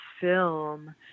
film